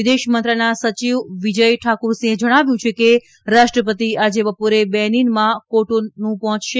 વિદેશ મંત્રાલયના સચિવ વિજય ઠાકુરસિંહે જણાવ્યું છે કે રાષ્ટ્રપતિ આજે બપોરે બેનીનમાં કોટોનું પહોંચશે